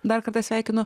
dar kartą sveikinu